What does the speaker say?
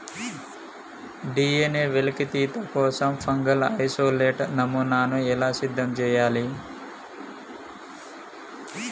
DNA వెలికితీత కోసం fungal isolate నమూనాను ఎలా సిద్ధం చెయ్యాలి?